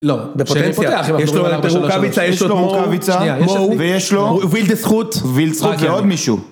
לא, זה פוטנציה, יש לו רוקאביצה ויש לו וילדסחוט ועוד מישהו.